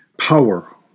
power